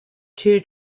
two